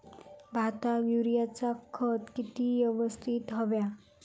भाताक युरियाचा खत किती यवस्तित हव्या?